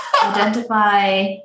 identify